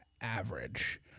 average